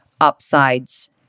upsides